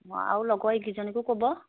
অঁ আৰু লগৰ এইকেইজনীকো ক'ব